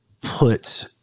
put –